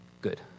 good